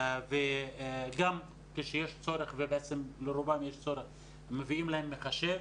גם כשיש צורך, ולרובם יש צורך, מביאים להם מחשב.